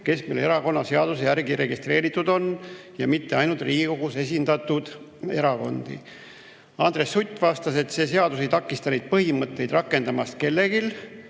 kes erakonnaseaduse järgi registreeritud on, ja mitte ainult Riigikogus esindatud erakondi? Andres Sutt vastas, et see seadus ei takista neid põhimõtteid rakendamast kellelgi,